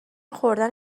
خوردن